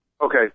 Okay